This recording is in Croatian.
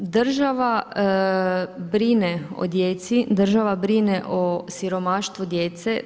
Država brine o djeci, država brine o siromaštvu djece.